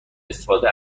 استفاده